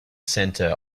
centre